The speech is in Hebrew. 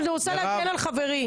אבל אני רוצה להגן על חברי.